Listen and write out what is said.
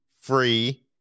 free